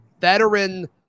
veteran